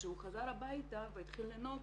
כשהוא חזר הביתה והתחיל לינוק,